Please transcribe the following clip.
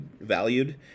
valued